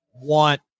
want